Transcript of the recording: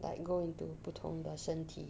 like go into 不同的身体